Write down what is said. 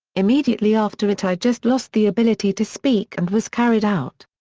immediately after it i just lost the ability to speak and was carried out.